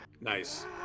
Nice